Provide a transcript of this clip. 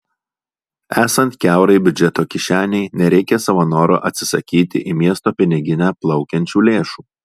esant kiaurai biudžeto kišenei nereikia savo noru atsisakyti į miesto piniginę plaukiančių lėšų